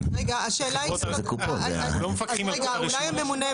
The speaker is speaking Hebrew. אז אולי הממונה,